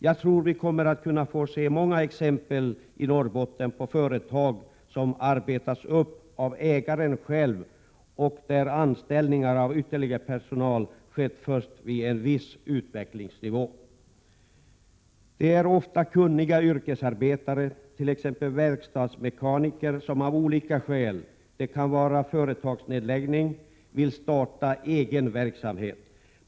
Jag tror vi kommer att kunna få se många exempel i Norrbotten på företag som arbetats upp av ägaren själv och där anställningar av ytterligare personal skett först vid en viss utvecklingsnivå. Det är ofta yrkeskunniga arbetare, t.ex. verkstadsmekaniker, som av olika skäl — det kan vara företagsnedläggning — vill starta egen verksamhet.